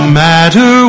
matter